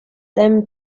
them